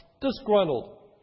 disgruntled